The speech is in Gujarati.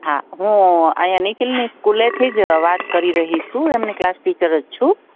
હાં હું અહિયાં નિખિલની સ્કૂલેથી જ વાત કરી રહી છું એમની ક્લાસ ટીચર જ છું